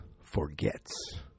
Forgets